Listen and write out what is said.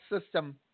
system